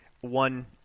one